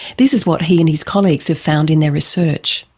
this is what he and his colleagues have found in their research.